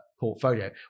portfolio